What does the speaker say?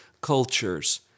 cultures